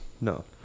No